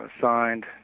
signed